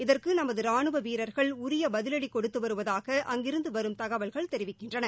இதற்கு நமது ராணுவ வீரர்கள் உரிய பதிவடி கொடுத்து வருவதாக அங்கிருந்து வரும் தகவல்கள் தெரிவிக்கின்றன